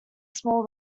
small